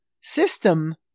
system